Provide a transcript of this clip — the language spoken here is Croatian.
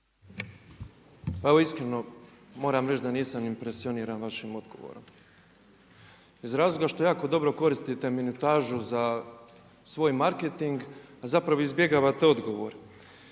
Pa evo iskreno moram reći da nisam impresioniran vašim odgovorom iz razloga što jako dobro koristite minutažu za svoj marketing a zapravo izbjegavate odgovor.